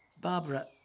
Barbara